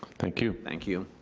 thank you. thank you.